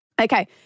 Okay